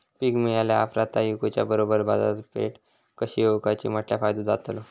पीक मिळाल्या ऑप्रात ता इकुच्या बरोबर बाजारपेठ कशी ओळखाची म्हटल्या फायदो जातलो?